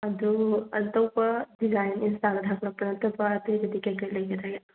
ꯑꯗꯨ ꯑꯇꯣꯞꯄ ꯗꯤꯖꯥꯏꯟ ꯏꯟꯇꯥꯗ ꯊꯥꯒꯠꯂꯛꯄꯗ ꯅꯠꯇꯕ ꯑꯇꯩꯗ ꯀꯩ ꯀꯩ ꯂꯩꯒꯗꯒꯦ